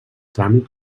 tràmit